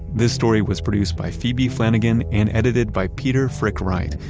this story was produced by phoebe flanigan and edited by peter frick-wright,